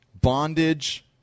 bondage